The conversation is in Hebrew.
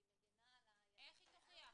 מגנה על הילדים --- איך היא תוכיח?